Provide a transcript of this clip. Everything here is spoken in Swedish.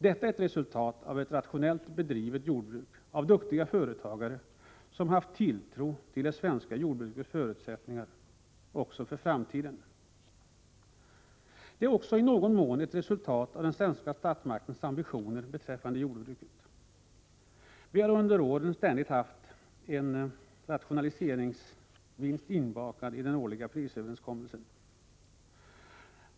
Detta är ett resultat av ett rationellt bedrivet jordbruk av duktiga företagare, som haft tilltro till det svenska jordbrukets förutsättningar även för framtiden. Det är också i någon mån ett resultat av den svenska statsmaktens ambitioner beträffande jordbruket. Vi har under åren ständigt haft en rationaliseringsvinst inbakad i den årliga prisöverenskommelsen.